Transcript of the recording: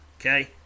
Okay